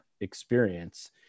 experience